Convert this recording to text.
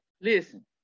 Listen